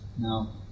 Now